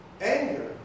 anger